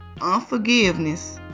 unforgiveness